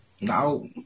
No